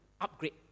upgrade